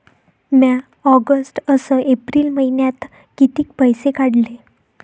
म्या ऑगस्ट अस एप्रिल मइन्यात कितीक पैसे काढले?